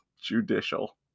judicial